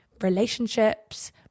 relationships